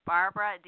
Barbara